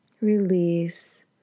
release